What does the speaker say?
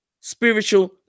spiritual